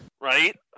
Right